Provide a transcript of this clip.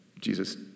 Jesus